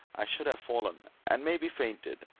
i should have fallen and maybe fainted,